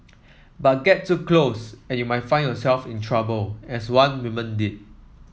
but get too close and you might find yourself in trouble as one woman did